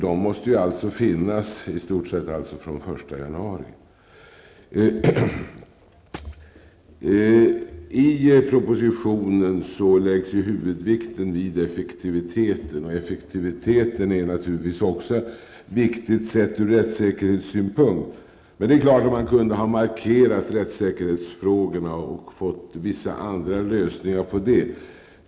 De måste i stort sett finnas från den första januari. I propositionen läggs huvudvikten vid effektiviteten, och effektiviteten är naturligtvis också viktig sett ur rättssäkerhetssynpunkt. Men man kunde ha markerat rättssäkerhetsfrågorna och fått vissa andra lösningar på dem.